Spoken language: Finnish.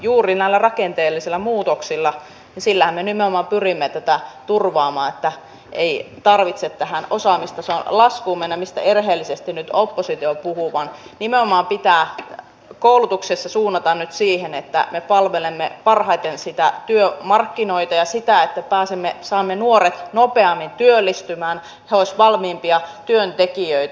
juuri näillä rakenteellisilla muutoksillahan me nimenomaan pyrimme tätä turvaamaan että ei tarvitse tähän osaamistason laskuun mennä mistä erheellisesti nyt oppositio puhuu vaan nimenomaan pitää koulutuksessa suunnata nyt siihen että me palvelemme parhaiten työmarkkinoita ja sitä että saamme nuoret nopeammin työllistymään he olisivat valmiimpia työntekijöitä